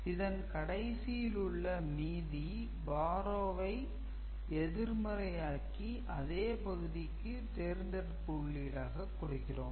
இதன் கடைசியில் உள்ள மீதி borrow வை எதிர்மறை ஆக்கி அதே பகுதிக்கு தேர்ந்தெடுப்பு உள்ளீடாக கொடுக்கிறோம்